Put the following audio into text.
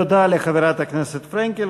תודה לחברת הכנסת פרנקל.